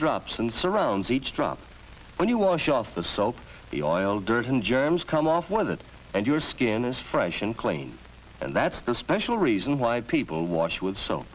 drops and surrounds each drop when you wash off the soap the oil dirt and germs come off one of that and your skin is fresh and clean and that's the special reason why people watch with so